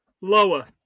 Lower